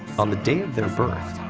on the day of their birth,